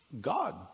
God